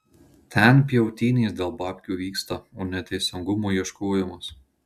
ten pjautynės dėl babkių vyksta o ne teisingumo ieškojimas